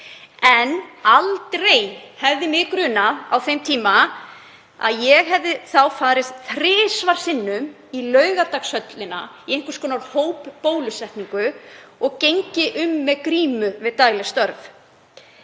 En aldrei hefði mig grunað á þeim tíma að ég hefði þá farið þrisvar sinnum í Laugardalshöllina í einhvers konar hópbólusetningu og gengi um með grímu við dagleg störf.